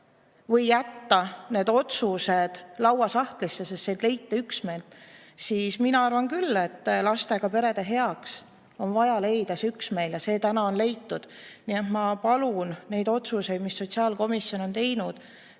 või jätta need otsused lauasahtlisse, sest ei leita üksmeelt, siis mina arvan küll, et lastega perede heaks on vaja leida see üksmeel. See on täna leitud. Ma palun neid otsuseid, mis sotsiaalkomisjon on teinud,